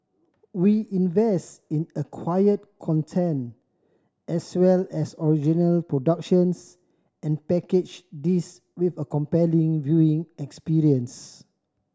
we invest in acquired content as well as original productions and package this with a compelling viewing experience